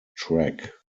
track